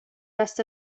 rest